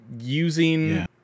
using